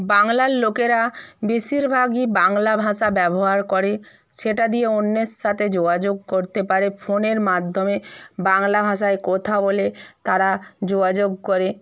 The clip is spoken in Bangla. বাংলার লোকেরা বেশিরভাগই বাংলা ভাষা ব্যবহার করে সেটা দিয়ে অন্যের সাথে যোগাযোগ করতে পারে ফোনের মাধ্যমে বাংলা ভাষায় কথা বলে তারা যোগাযোগ করে